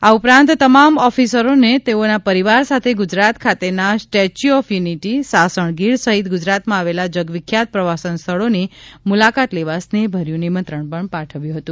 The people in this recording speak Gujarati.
આ ઉપરાંત તમામ ઓફિસરોને તેઓના પરિવાર સાથે ગુજરાત ખાતેના Statue of Unity Sasan Gir સહિત ગુજરાતમાં આવેલા જગવિખ્યાત પ્રવાસન સ્થળોની મુલાકાત લેવા સ્નેહભર્યું નિમંત્રણ પણ આપ્યું હતું